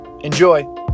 Enjoy